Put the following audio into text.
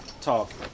talk